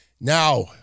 Now